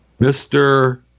Mr